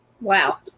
wow